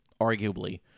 arguably